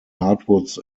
hardwoods